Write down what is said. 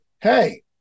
hey